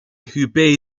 hubei